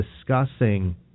discussing